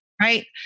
Right